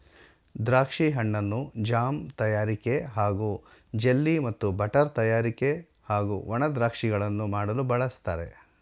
ದ್ರಾಕ್ಷಿ ಹಣ್ಣನ್ನು ಜಾಮ್ ತಯಾರಿಕೆ ಹಾಗೂ ಜೆಲ್ಲಿ ಮತ್ತು ಬಟರ್ ತಯಾರಿಕೆ ಹಾಗೂ ಒಣ ದ್ರಾಕ್ಷಿಗಳನ್ನು ಮಾಡಲು ಬಳಸ್ತಾರೆ